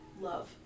love